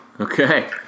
Okay